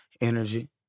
energy